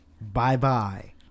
Bye-bye